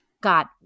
got